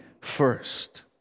first